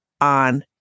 on